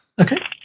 Okay